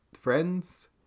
friends